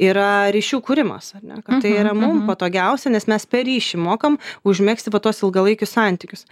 yra ryšių kūrimas ar ne kad tai yra mum patogiausia nes mes per ryšį mokam užmegzti va tuos ilgalaikius santykius